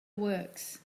works